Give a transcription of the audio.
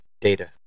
data